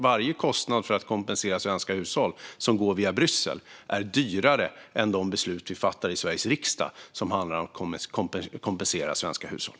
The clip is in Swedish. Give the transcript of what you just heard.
Varje kostnad för att kompensera svenska hushåll som går via Bryssel är nämligen högre än kostnaden för de beslut vi fattar i Sveriges riksdag som handlar om att kompensera svenska hushåll.